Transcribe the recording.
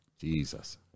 Jesus